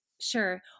Sure